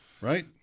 Right